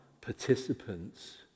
participants